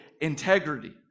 integrity